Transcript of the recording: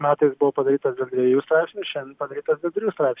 metais buvo padarytas dėl dviejų straipsnių šiemet padarytas dėl trijų straipsnių